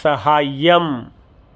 सहाय्यम्